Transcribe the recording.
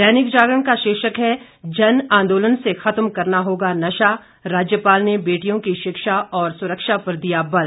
दैनिक जागरण का शीर्षक है जन आंदोलन से खत्म करना होगा नशा राज्यपाल ने बेटियों की शिक्षा और सुरक्षा पर दिया बल